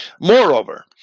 Moreover